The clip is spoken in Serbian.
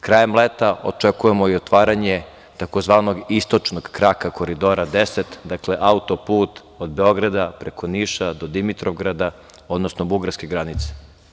Krajem leta očekujemo i otvaranje tzv. istočnog kraka Koridora10, dakle auto-put od Beograda preko Niša do Dimitrovgrada, odnosno bugarske granice.